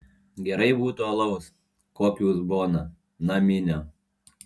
gerai būtų alaus kokį uzboną naminio